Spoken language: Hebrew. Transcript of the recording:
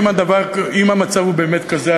אם המצב באמת כזה,